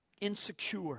insecure